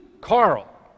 Carl